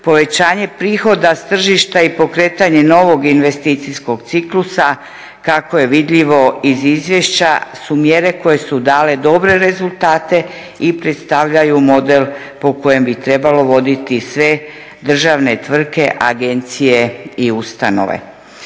povećanje prihoda s tržišta i pokretanje novog investicijskog ciklusa, kako je vidljivo iz izvješća, su mjere koje su dale dobre rezultate i predstavljaju model po kojem bi trebalo voditi sve državne tvrtke, agencije i ustanove.